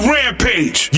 Rampage